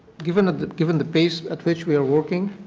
given the given the pace at which we are working,